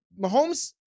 Mahomes